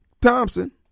Thompson